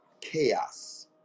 chaos